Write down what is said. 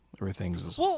everything's